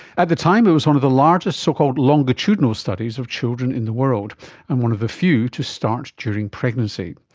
at the time it was one of the largest so-called longitudinal studies of children in the world, and one of the few to start during pregnancy.